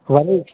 वधीक